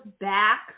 back